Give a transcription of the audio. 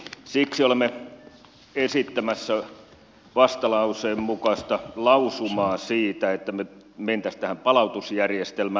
siksi olemme esittämässä vastalauseen mukaista lausumaa siitä että me menisimme tähän palautusjärjestelmään